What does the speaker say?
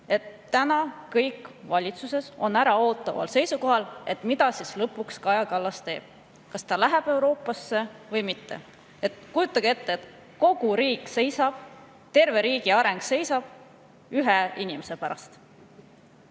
et kõik on valitsuses äraootaval seisukohal. Mida siis Kaja Kallas lõpuks teeb, kas ta läheb Euroopasse või mitte? Kujutage ette, kogu riik seisab, terve riigi areng seisab ühe inimese pärast!